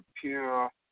Pure